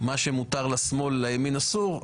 מה שמותר לשמאל לימין אסור,